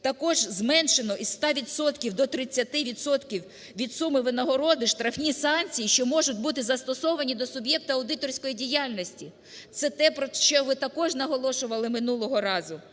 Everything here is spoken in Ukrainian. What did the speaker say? Також зменшено із 100 відсотків до 30 відсотків від суми винагороди штрафні санкції, що можуть бути застосовані до суб'єкта аудиторської діяльності – це те, про що ви також наголошували минулого разу.